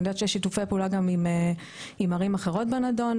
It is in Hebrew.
אני יודעת שיש שיתופי פעולה גם עם ערים אחרות בנדון.